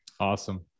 Awesome